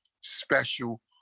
special